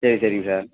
சரி சரிங்க சார்